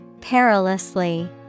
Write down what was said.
Perilously